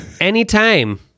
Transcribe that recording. anytime